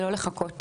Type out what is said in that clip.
ולא לחכות,